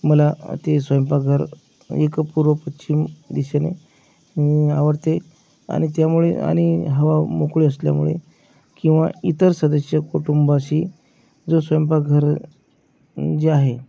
मला ते स्वयंपाकघर एक पूर्व पश्चिम दिशेने आवडते आणि त्यामुळे आणि हवा मोकळी असल्यामुळे किंवा इतर सदस्य कुटुंबाशी जे स्वयंपाकघर जे आहे